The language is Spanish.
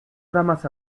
ramas